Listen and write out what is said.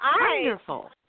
wonderful